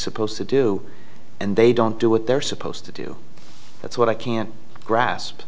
supposed to do and they don't do what they're supposed to do that's what i can't grasp